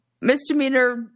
misdemeanor